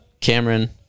Cameron